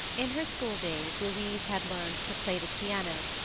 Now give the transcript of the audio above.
in her school-days, louise had learned to play the piano,